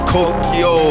Tokyo